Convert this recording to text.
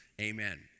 amen